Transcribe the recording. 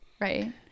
Right